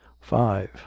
five